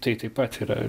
tai taip pat yra